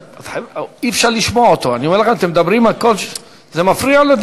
אי-אפשר לשמוע אותו, זה מפריע לדיון.